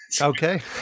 Okay